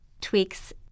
tweaks